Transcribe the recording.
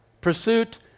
pursuit